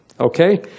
okay